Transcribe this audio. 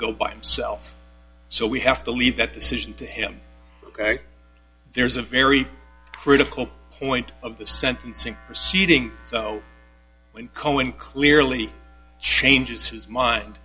go by himself so we have to leave that decision to him ok there's a very critical point of the sentencing proceeding so when cohen clearly changes his mind